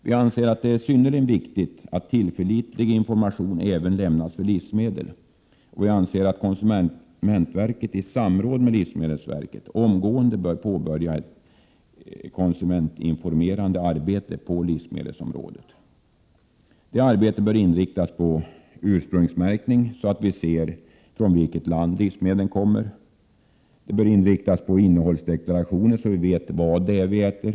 Vi anser att det är synnerligen viktigt att tillförlitlig information även lämnas för livsmedel. Vi föreslår att konsumentverket, i samråd med livsmedelsverket, omgående bör påbörja ett konsumentinformerande arbete på livsmedelsområdet. Det arbetet bör inriktas på ursprungsmärkning, så att vi ser från vilket land livsmedlen kommer. Man bör också inrikta sig på innehållsdeklarationer, så att vi vet vad det är vi äter.